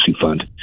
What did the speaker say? fund